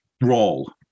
role